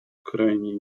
крайней